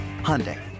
Hyundai